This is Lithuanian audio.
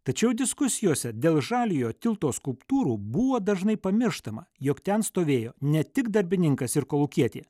tačiau diskusijose dėl žaliojo tilto skulptūrų buvo dažnai pamirštama jog ten stovėjo ne tik darbininkas ir kolūkietė